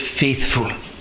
faithful